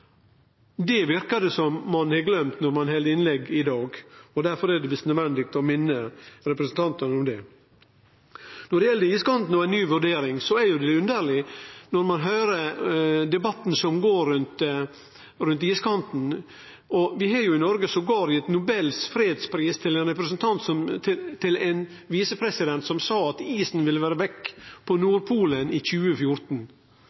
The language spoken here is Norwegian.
Det verkar det som ein har gløymt når ein held innlegg i dag, og derfor er det visst nødvendig å minne representanten om det. Når det gjeld iskanten og ei ny vurdering, er det underleg å høyre debatten som går om iskanten – vi har jo i Noreg til og med gitt Nobels fredspris til ein visepresident som sa at isen ville vere